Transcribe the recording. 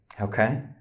Okay